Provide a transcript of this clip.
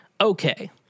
Okay